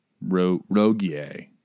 Rogier